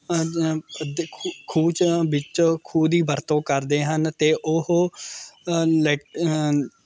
ਵਿੱਚ ਖੂਹ ਦੀ ਵਰਤੋਂ ਕਰਦੇ ਹਨ ਅਤੇ ਉਹ ਲੈ